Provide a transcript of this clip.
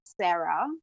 Sarah